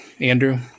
Andrew